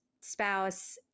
spouse